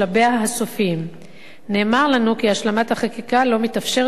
נאמר לנו כי השלמת החקיקה לא מתאפשרת כרגע מטעמים תקציביים.